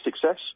success